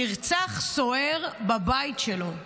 נרצח סוהר בבית שלו.